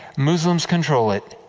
muslims control it.